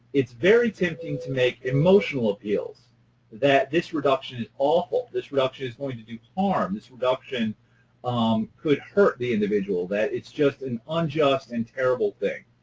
it's very tempting to make emotional appeals that this reduction is awful. this reduction is going to do harm. this reduction um could hurt the individual that it's just an unjust and terrible thing.